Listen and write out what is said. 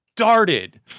Started